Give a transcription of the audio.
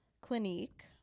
Clinique